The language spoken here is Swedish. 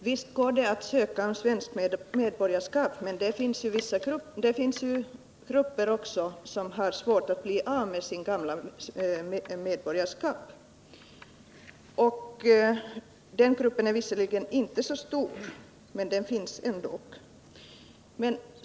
Fru talman! Visst går det att ansöka om svenskt medborgarskap. Men vissa grupper har svårt att bli av med sitt gamla medborgarskap. Den gruppen är visserligen inte så stor, men den finns.